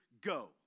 go